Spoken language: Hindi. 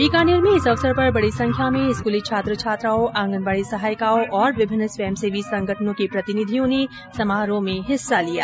बीकानेर में इस अवसर पर बड़ी संख्या में स्कूली छात्र छात्राओं आंगनबाड़ी सहायिकाओं और विभिन्न स्वयंसेवी संगठनों के प्रतिनिधियों ने समारोह मे हिस्सा लिया